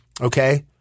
okay